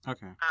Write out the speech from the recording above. Okay